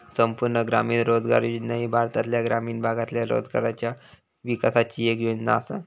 संपूर्ण ग्रामीण रोजगार योजना ही भारतातल्या ग्रामीण भागातल्या रोजगाराच्या विकासाची येक योजना आसा